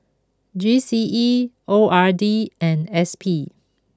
G C E O R D and S P